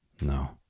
No